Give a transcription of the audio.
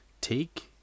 take